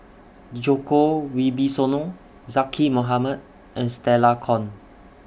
Djoko Wibisono Zaqy Mohamad and Stella Kon